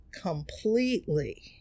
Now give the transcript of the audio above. completely